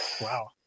Wow